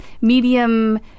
medium